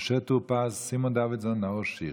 משה טור פז, סימון דוידסון, נאור שירי,